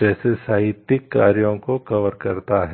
जैसे साहित्यिक कार्यों को कवर करता है